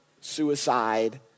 suicide